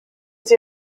sie